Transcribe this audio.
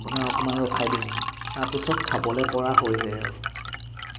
বনাই অকণমান ৰখাই দিওঁ তাৰপিছত খাবলে পৰা হৈ যায় আৰু